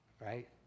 right